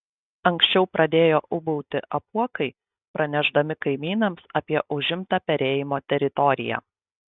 anksčiau pradėjo ūbauti apuokai pranešdami kaimynams apie užimtą perėjimo teritoriją